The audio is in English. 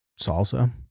Salsa